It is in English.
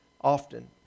often